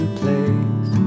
place